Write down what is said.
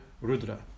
Rudra